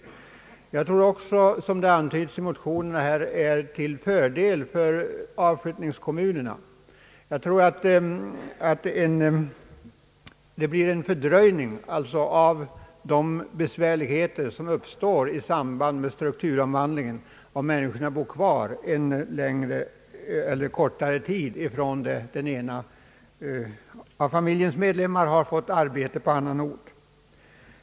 Jag tror också att det, som det antytts i motionerna, är till fördel för avflyttningskommunerna. Jag tror att det alltså blir en dämpning av de besvärligheter som uppstår i samband med strukturomvandlingen, om människor bor kvar under längre eller kortare tid efter det en av familjens medlemmar fått arbete på annan ort.